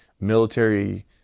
military